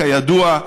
כידוע,